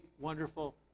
wonderful